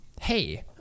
hey